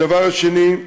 הדבר השני,